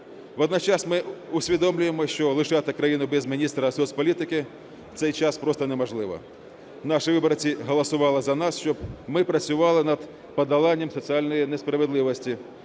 Водночас ми усвідомлюємо, що лишати країну без міністра соцполітики в цей час просто неможливо. Наші виборці голосували за нас, щоб ми працювали над подоланням соціальної несправедливості.